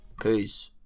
Peace